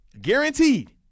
guaranteed